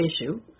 issue